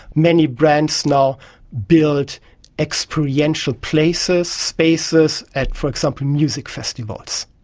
many brands now build experiential places, spaces at, for example, music festivals.